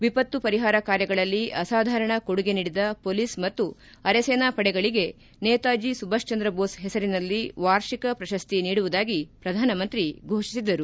ವಿಪತ್ತು ಪರಿಹಾರ ಕಾರ್ಯಗಳಲ್ಲಿ ಅಸಾಧಾರಣ ಕೊಡುಗೆ ನೀಡಿದ ಮೊಲೀಸ್ ಮತ್ತು ಅರೆಸೇನಾ ಪಡೆಗಳಿಗೆ ನೇತಾಜಿ ಸುಭಾಷ್ಚಂದ್ರಬೋಸ್ ಹೆಸರಿನಲ್ಲಿ ವಾರ್ಷಿಕ ಪ್ರಶಸ್ತಿ ನೀಡುವುದಾಗಿ ಪ್ರಧಾನಮಂತ್ರಿ ಘೋಷಿಸಿದರು